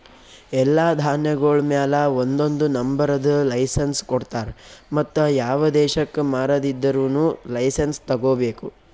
ಎಲ್ಲಾ ಧಾನ್ಯಗೊಳ್ ಮ್ಯಾಲ ಒಂದೊಂದು ನಂಬರದ್ ಲೈಸೆನ್ಸ್ ಕೊಡ್ತಾರ್ ಮತ್ತ ಯಾವ ದೇಶಕ್ ಮಾರಾದಿದ್ದರೂನು ಲೈಸೆನ್ಸ್ ತೋಗೊಬೇಕು